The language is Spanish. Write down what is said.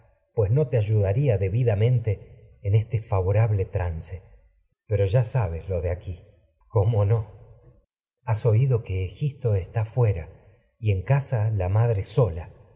pues no te ayudaría debidamente en este favo rable trance pero ya sabes lo de y aquí cómo no has oído que egisto está fuera en casa la madre sola